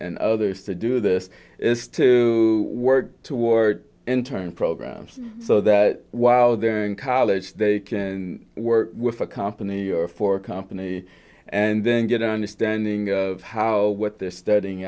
and others to do this is to work toward in term programs so that while they're in college they can work with a company or for a company and then get understanding of how what they're studying